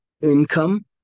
income